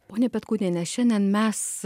ponia petkuniene šiandien mes